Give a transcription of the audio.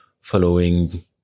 following